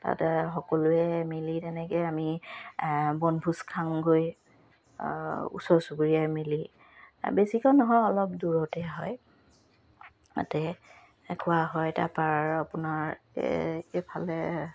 তাতে সকলোৱে মিলি তেনেকে আমি বনভোজ খাওগৈ ওচৰ চুবুৰীয়াই মিলি বেছিকৈ নহয় অলপ দূৰতে হয় তাতে খোৱা হয় তাৰপা আপোনাৰ এইফালে